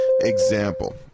example